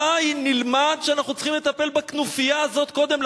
מתי נלמד שאנחנו צריכים לטפל בכנופיה הזאת קודם?